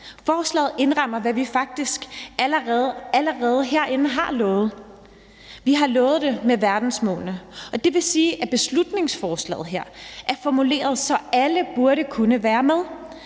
Forslaget indrammer, hvad vi faktisk allerede herinde har lovet. Vi har lovet det med verdensmålene, og det vil sige, at beslutningsforslaget her er formuleret, så alle burde kunne være med.